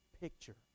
picture